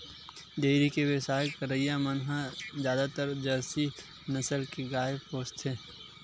dairy के बेवसाय करइया मन ह जादातर जरसी नसल के गाय पोसथे